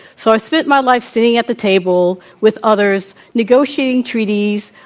so, i spent my life sitting at the table with others negotiating treaties,